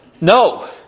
No